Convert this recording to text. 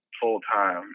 full-time